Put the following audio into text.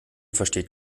versteht